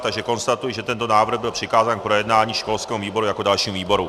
Takže konstatuji, že tento návrh byl přikázán k projednání školskému výboru jako dalšímu výboru.